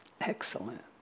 Excellent